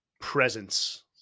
presence